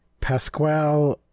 Pasquale